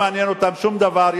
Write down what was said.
לא מעניין אותם שום דבר.